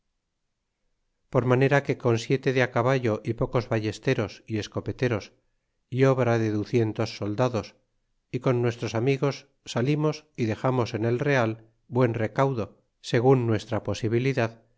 por manera que con siete de caballo y pocos ballesteros y escopeteros y obra de ducientos soldados y con nuestros amigos salimos y dexamos en el rea buen recaudo segun nuestra posibilidad